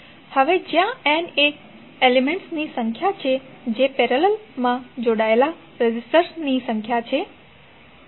1Req1R11R21Rni1n1Ri જ્યાં N એ એલિમેન્ટ્સની સંખ્યા છે જે પેરેલલ ફેશનમાં જોડાયેલા રેઝિસ્ટર્સની સંખ્યા છે